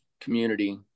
community